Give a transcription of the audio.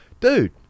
Dude